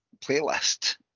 playlist